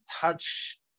touch